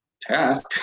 task